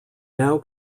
now